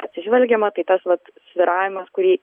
atsižvelgiama tai tas vat svyravimas kurį